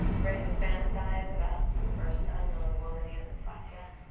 ready to fantasize about the first unknown woman he hasn't fucked yet.